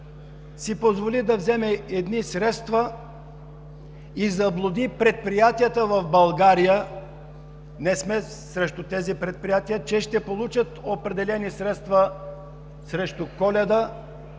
си позволи да вземе едни средства и заблуди предприятията в България, не сме срещу тези предприятия, че ще получат определени средства срещу Коледа,